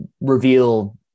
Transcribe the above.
reveal